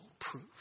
proof